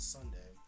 Sunday